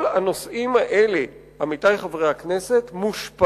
כל הנושאים האלה מושפעים